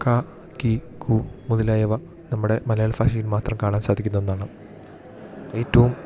ക കി കു മുതലായവ നമ്മുടെ മലയാള ഫാഷയിൽ മാത്രം കാണാൻ സാധിക്കുന്ന ഒന്നാണ് ഏറ്റവും